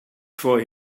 for